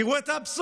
תראו את האבסורד: